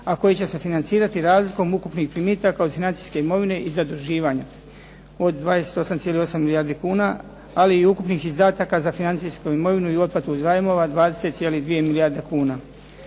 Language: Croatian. a koji će se financirati razlikom ukupnih primitaka od financijske imovine i zaduživanja od 28,8 milijardi kuna ali i ukupnih izdataka za financijsku imovinu i otplatu zajmova 20,2 milijarde kuna.